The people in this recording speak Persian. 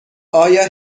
آیا